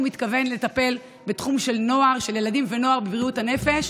מתכוון לטפל בתחום של ילדים ונוער בבריאות הנפש,